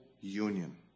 union